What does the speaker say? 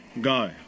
go